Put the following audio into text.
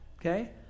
Okay